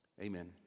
Amen